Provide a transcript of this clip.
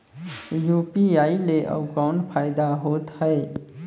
UPI ले अउ कौन फायदा होथ है?